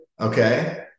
okay